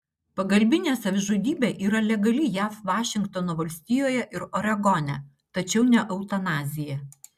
pagalbinė savižudybė yra legali jav vašingtono valstijoje ir oregone tačiau ne eutanazija